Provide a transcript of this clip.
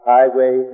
Highway